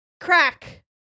crack